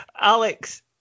Alex